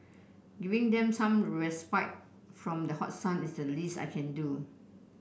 giving them some respite from the hot sun is the least I can do